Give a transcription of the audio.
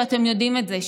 ואתם יודעים את זה,